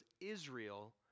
Israel